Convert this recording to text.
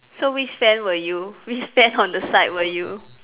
so which fan were you which fan on the side were you